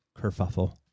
kerfuffle